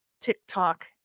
tiktok